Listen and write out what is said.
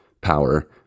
power